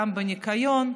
גם בניקיון,